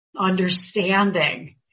understanding